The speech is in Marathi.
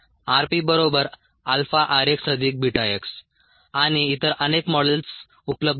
rpαrxβx आणि इतर अनेक मॉडेल्स उपलब्ध आहेत